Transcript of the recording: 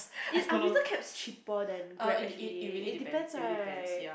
it I mean the cabs cheaper than Grab actually it depends right